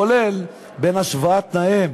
כולל, בין השוואת תנאיהם